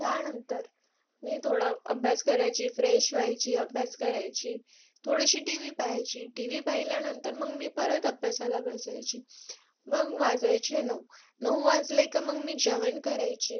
त्यानंतर मी थोडा अभ्यास करायची फ्रेश व्हायची अभ्यास करायची थोडीशी टी व्ही पाहायची टी व्ही पाहिल्यानंतर मग मी परत अभ्यासाला बसायची मग वाजायचे नऊ नऊ वाजले का मग मी जेवण करायची